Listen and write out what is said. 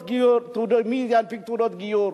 מי ינפיק תעודת גיור,